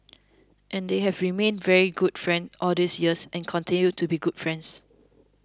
and they have remained very good friends all these years and continue to be good friends